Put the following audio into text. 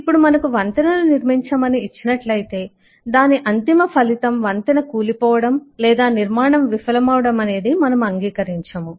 ఇప్పుడు మనకు వంతెనను నిర్మించమని ఇచ్చినట్లయితే దాని అంతిమ ఫలితం వంతెన కూలి పోవడం లేదా నిర్మాణం విఫలం అవడం అనేది మనము అంగీకరించము